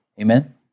Amen